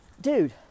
dude